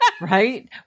Right